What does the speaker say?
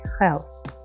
health